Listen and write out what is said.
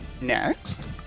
Next